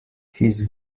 his